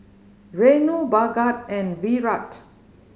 Renu Bhagat and Virat